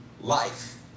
Life